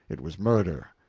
it was murder,